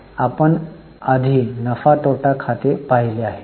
आपण आधी नफा तोटा खाते पाहिले आहे